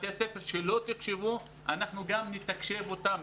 בתי ספר שלא תוקשבו, אנחנו נתקשב גם אותם.